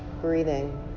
breathing